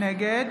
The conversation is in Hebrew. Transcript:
נגד